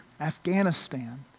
Afghanistan